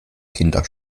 kinder